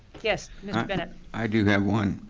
yes, mr. bennett. i do have one.